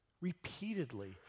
repeatedly